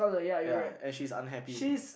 ya and she's unhappy